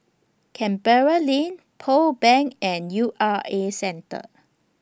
Canberra Lane Pearl Bank and U R A Centre